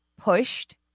pushed